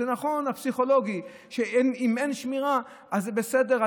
זה נכון פסיכולוגית שאם אין שמירה אז זה בסדר,